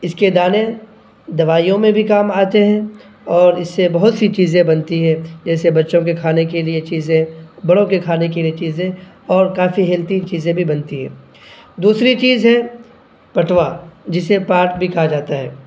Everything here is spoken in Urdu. اس کے دانے دوائیوں میں بھی کام آتے ہیں اور اس سے بہت سی چیزیں بنتی ہیں جیسے بچوں کے کھانے کے لیے چیزیں بڑوں کے کھانے کے لیے چیزیں اور کافی ہیلتی چیزیں بھی بنتی ہیں دوسری چیز ہے پٹوا جسے پاٹ بھی کہا جاتا ہے